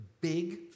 big